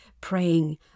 praying